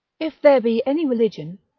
if there be any religion,